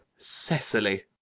cecily!